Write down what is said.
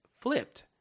flipped